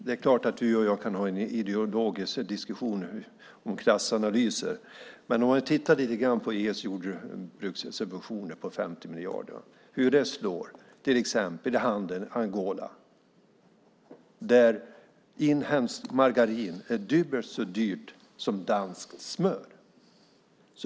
Det är klart att du och jag kan ha en ideologisk diskussion om klassanalyser, men man kan titta lite på hur EU:s jordbrukssubventioner slår mot till exempel handeln i Angola, där inhemskt margarin är dubbelt så dyrt som danskt smör.